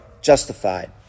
justified